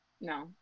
No